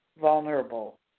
vulnerable